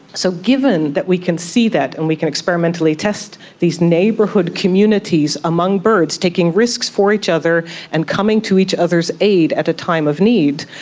so given that we can see that and we can experimentally test these neighbourhood communities among birds, taking risks for each other and coming to each other's aid at a time of need,